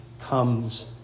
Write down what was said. comes